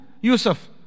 Yusuf